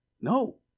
No